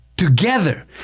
Together